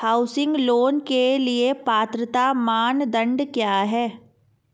Housing loan के लिए पात्रता मानदंड क्या हैं?